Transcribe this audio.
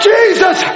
Jesus